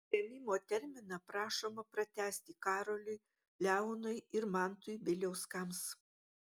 suėmimo terminą prašoma pratęsti karoliui leonui ir mantui bieliauskams